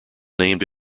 named